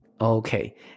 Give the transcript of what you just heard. Okay